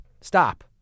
stop